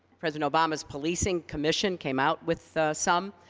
president obama's policing commission came out with some.